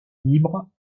libre